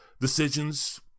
decisions